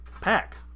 pack